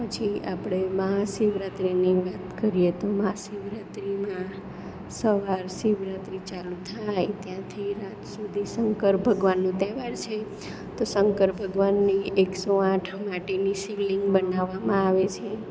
પછી આપળે મહા શિવરાત્રિની વાત કરીએ તો મહા શિવરાત્રિમાં સવાર શિવરાત્રિ ચાલું થાય ત્યાંથી રાત સુધી શંકર ભગવાનનો તહેવાર છે તો શંકર ભગવાનની એકસો આઠ માટીની શિવલિંગ બનાવવામાં આવે છે